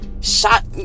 shot